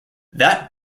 that